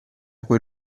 quei